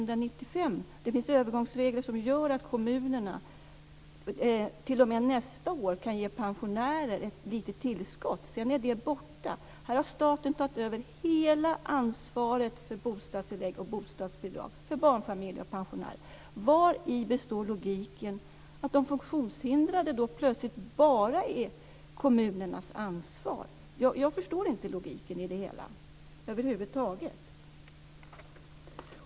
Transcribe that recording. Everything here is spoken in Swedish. Det finns övergångsregler som gör att kommunerna t.o.m. nästa år kan ge pensionärer ett litet tillskott. Sedan är det borta. För barnfamiljer och pensionärer har staten tagit över hela ansvaret för bostadstillägg och bostadsbidrag. Vari består logiken i det faktum att bara de funktionshindrade plötsligt är kommunernas ansvar? Jag förstår över huvud taget inte logiken i det hela.